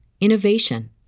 innovation